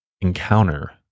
encounter